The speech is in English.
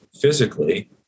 physically